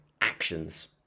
actions